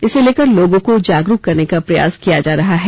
इसे लेकर लोगों को जागरूक करने का प्रयास किया जा रहा है